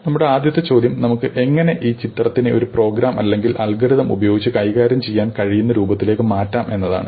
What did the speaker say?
നമ്മളുടെ ആദ്യത്തെ ചോദ്യം നമുക്ക് എങ്ങനെ ഈ ചിത്രത്തിനെ ഒരു പ്രോഗ്രാം അല്ലെങ്കിൽ അൽഗോരിതം ഉപയോഗിച്ച് കൈകാര്യം ചെയ്യാൻ കഴിയുന്ന രൂപത്തിലേക്ക് മാറ്റാം എന്നതാണ്